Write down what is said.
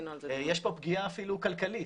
יש פה פגיעה אפילו כלכלית.